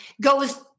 goes